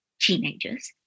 teenagers